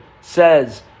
says